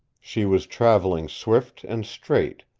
she was traveling swift and straight,